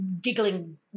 giggling